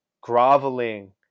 groveling